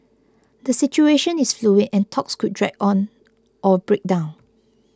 the situation is fluid and talks could drag on or break down